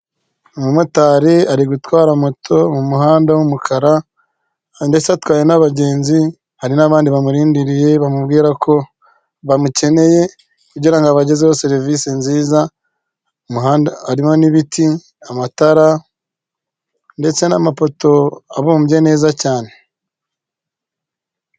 Umumotari ari gutwara moto mumuhanda wumukara ndetse atwaye n'abagenzi hari n'abandi bamurindiriye bamubwira ko bamukeneye kugirango abagezeho serivisi nziza harimo n'ibiti ,amatara ndetse n'amapoto abumbye neza cyane .